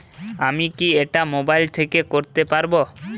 আমি কি এটা মোবাইল থেকে করতে পারবো?